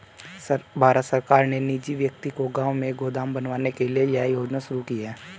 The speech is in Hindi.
भारत सरकार ने निजी व्यक्ति को गांव में गोदाम बनवाने के लिए यह योजना शुरू की है